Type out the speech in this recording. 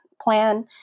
plan